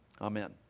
Amen